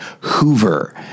Hoover